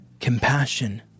compassion